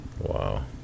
Wow